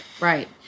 right